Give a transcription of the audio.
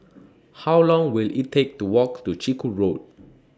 How Long Will IT Take to Walk to Chiku Road